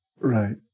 right